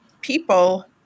people